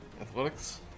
athletics